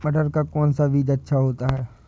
मटर का कौन सा बीज अच्छा होता हैं?